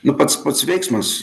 nu pats pats veiksmas